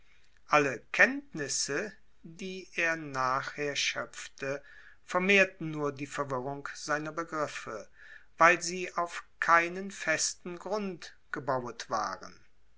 alle kenntnisse die er nachher schöpfte vermehrten nur die verwirrung seiner begriffe weil sie auf keinen festen grund gebauet waren